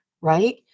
right